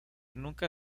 nunca